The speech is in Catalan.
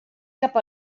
cap